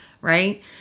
right